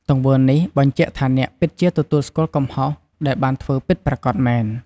ទង្វើនេះបញ្ជាក់ថាអ្នកពិតជាទទួលស្គាល់កំហុសដែលបានធ្វើពិតប្រាកដមែន។